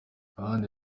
abandi